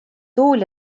tuul